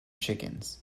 chickens